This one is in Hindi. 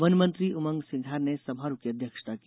वन मंत्री उमंग सिंघार ने समारोह की अध्यक्षता की